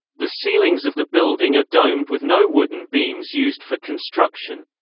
the ceilings of the building are domed with no wooden beams used for construction.